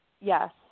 Yes